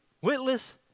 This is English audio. witless